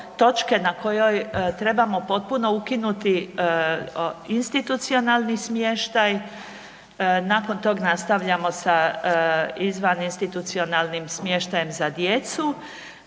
točke na kojoj trebamo potpuno ukinuti institucionalni smještaj, nakon tog nastavljamo sa izvaninstitucionalnim smještajem za djecu.